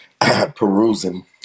perusing